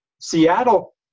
Seattle